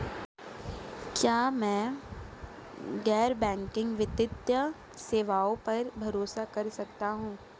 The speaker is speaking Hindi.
क्या मैं गैर बैंकिंग वित्तीय सेवाओं पर भरोसा कर सकता हूं?